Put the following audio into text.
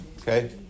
okay